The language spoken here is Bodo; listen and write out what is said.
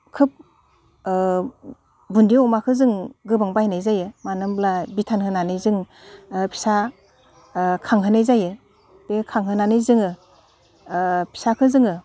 खोब बुन्दि अमाखो जों गोबां बायनाय जायो मानो होमब्ला बिधान होनानै जों फिसा खांहोनाय जायो बे खांहोनानै जोङो फिसाखो जोङो